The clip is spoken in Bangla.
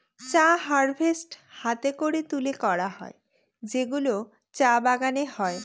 চা হারভেস্ট হাতে করে তুলে করা হয় যেগুলো চা বাগানে হয়